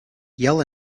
yell